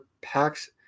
packs